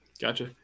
Gotcha